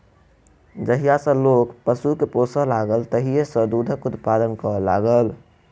जहिया सॅ लोक पशु के पोसय लागल तहिये सॅ दूधक उत्पादन करय लागल